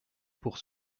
pour